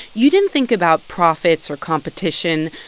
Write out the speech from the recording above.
you didn't think about profits or competition.